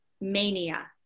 mania